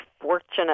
fortunate